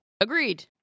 Agreed